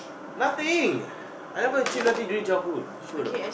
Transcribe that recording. nothing I never achieve nothing during childhood sure anot